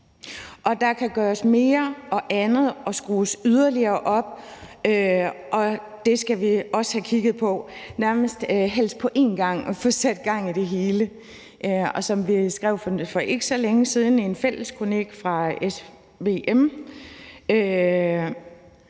der kan gøres mere og andet og skrues yderligere op, og det skal vi også have kigget på og nærmest helst på en gang få sat gang i det hele. Og som vi skrev for ikke så længe siden i en fælles kronik fra SVM's